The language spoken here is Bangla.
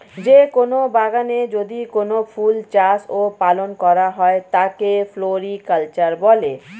যে কোন বাগানে যদি কোনো ফুল চাষ ও পালন করা হয় তাকে ফ্লোরিকালচার বলে